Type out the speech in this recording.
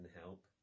help